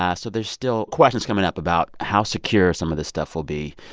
ah so there's still questions coming up about how secure some of this stuff will be.